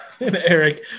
Eric